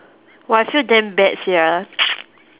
[wah] I feel damn bad sia